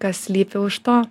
kas slypi už to